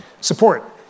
support